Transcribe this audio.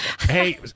Hey